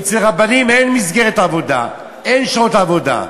אצל רבנים אין מסגרת עבודה, אין שעות עבודה.